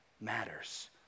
matters